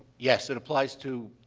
yes, it applies to